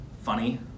funny